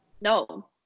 No